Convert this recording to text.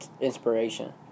inspiration